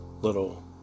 Little